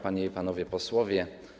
Panie i Panowie Posłowie!